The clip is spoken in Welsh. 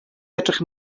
edrych